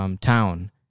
town